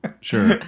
Sure